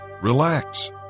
relax